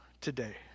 today